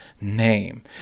name